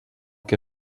que